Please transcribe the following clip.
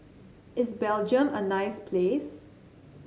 is Belgium a nice place